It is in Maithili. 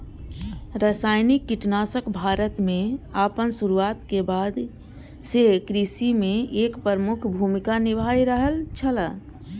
रासायनिक कीटनाशक भारत में आपन शुरुआत के बाद से कृषि में एक प्रमुख भूमिका निभाय रहल छला